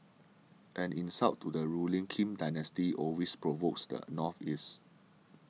any insult to the ruling Kim dynasty always provokes the North's Ire's